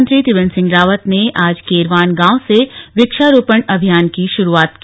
मुख्यमंत्री त्रिवेन्द्र सिंह रावत ने आज केरवान गांव से वृक्षारोपण अभियान की शुरूआत की